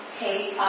take